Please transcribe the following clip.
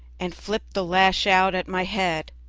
and flip the lash out at my head.